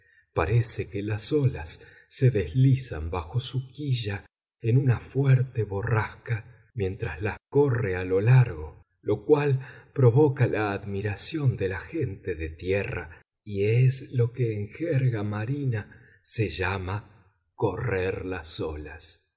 parece que las olas se deslizan bajo su quilla en una fuerte borrasca mientras las corre a lo largo lo cual provoca la admiración de la gente de tierra y es lo que en jerga marina se llama correr las olas